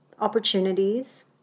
opportunities